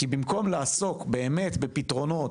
כי במקום לעסוק באמת בפתרונות,